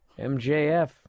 MJF